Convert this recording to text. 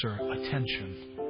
attention